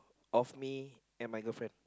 of me and my girlfriend